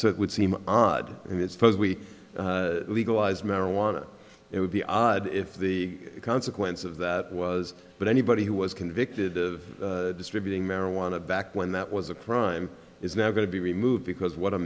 so it would seem odd and it's those we legalize marijuana it would be odd if the consequence of that was but anybody who was convicted of distributing marijuana back when that was a crime is now going to be removed because what a